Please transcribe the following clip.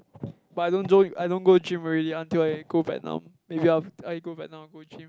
but I don't jo I don't go gym already until I go Vietnam maybe after I go Vietnam I go gym